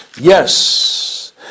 yes